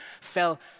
fell